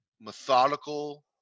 methodical